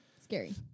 scary